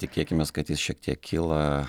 tikėkimės kad jis šiek tiek kyla